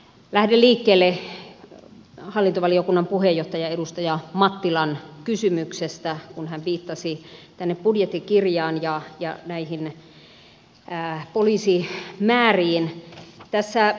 lähden liikkeelle hallintovaliokunnan puheenjohtaja edustaja mattilan kysymyksestä kun hän viittasi budjettikirjaan ja näihin poliisimääriin